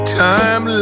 time